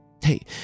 Hey